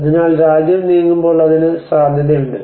അതിനാൽ രാജ്യം നീങ്ങുമ്പോൾ അതിന് സാധ്യതയുണ്ട്